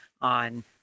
on